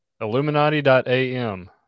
Illuminati.am